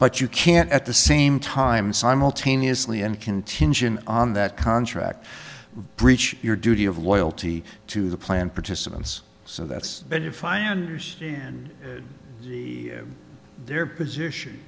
but you can at the same time simultaneously and contingent on that contract breach your duty of loyalty to the plan participants so that's been if i understand their position their position